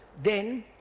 then